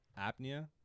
apnea